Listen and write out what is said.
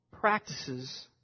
practices